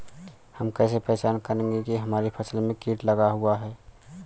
हम कैसे पहचान करेंगे की हमारी फसल में कीट लगा हुआ है?